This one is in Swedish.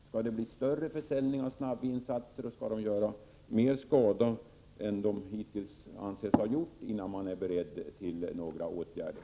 Skall det bli en ökad försäljning av snabbvinsatser och skall de göra mer skada än de hittills har gjort innan ni är beredda att vidta åtgärder?